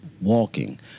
walking